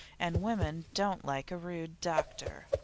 and women don't like a rude doctor.